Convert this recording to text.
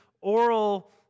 oral